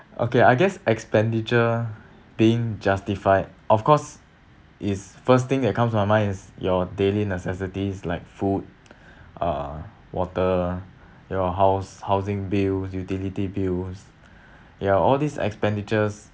okay I guess expenditure being justified of course is first thing that comes to my mind is your daily necessities like food uh water your house housing bills utility bills ya all these expenditures